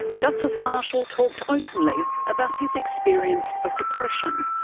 justice marshall talked openly about his experience of depression,